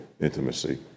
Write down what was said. intimacy